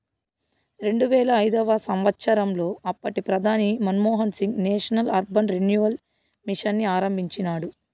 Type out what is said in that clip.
రెండువేల ఐదవ సంవచ్చరంలో అప్పటి ప్రధాని Manmohan Singh national urban renewal mission ని ఆరంభించినాడు